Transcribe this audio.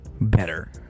better